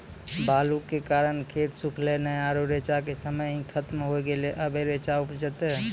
बालू के कारण खेत सुखले नेय आरु रेचा के समय ही खत्म होय गेलै, अबे रेचा उपजते?